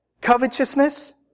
covetousness